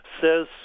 Says